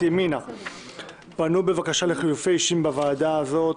ימינה פנו בבקשה לחילופי אישים בוועדה הזו,